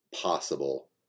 possible